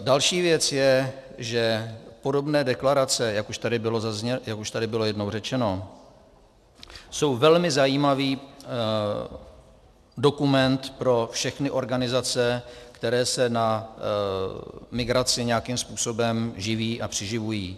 Další věc je, že podobné deklarace, jak už tady bylo jednou řečeno, jsou velmi zajímavý dokument pro všechny organizace, které se na migraci nějakým způsobem živí a přiživují.